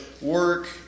work